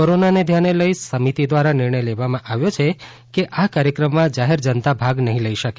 કોરોનાને ધ્યાને લઇ સમિતિ દ્વારા નિર્ણય લેવામાં આવ્યો છે કે આ કાર્યક્રમમાં જાહેર જનતા ભાગ નહીં લઇ શકે